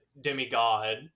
demigod